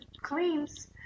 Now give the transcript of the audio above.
claims